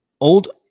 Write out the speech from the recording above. Old